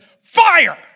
fire